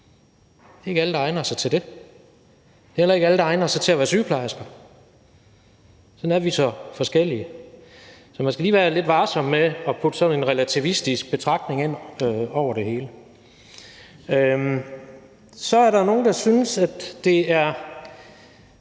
Det er ikke alle, der egner sig til det. Det er heller ikke alle, der egner sig til at være sygeplejerske. Sådan er vi så forskellige. Så man skal lige være lidt varsom med at putte sådan en relativistisk betragtning ind over det hele. Så er der nogle, der synes, at det er